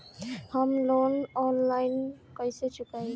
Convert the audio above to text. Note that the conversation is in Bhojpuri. हम लोन आनलाइन कइसे चुकाई?